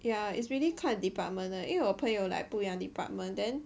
yeah it's really 看 department 的因为我朋友 like 不一样 department then